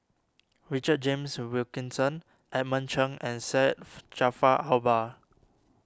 Richard James Wilkinson Edmund Cheng and Syed Jaafar Albar